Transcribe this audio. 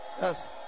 Yes